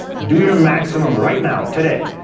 do your maximum right now, today.